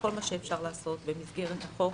בכל מה שאפשר לעשות במסגרת החוק